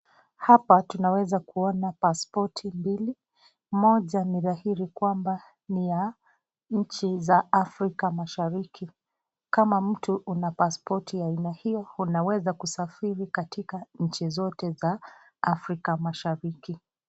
Hapa tunaweza kuona pasipoti hili moja ni dhahiri kwamba ni ya nchi za Afrika mashariki, kama mtu una pasipoti ya aina hiyo unaweza kusafiri katika nchi zote ya Afrika mashariki.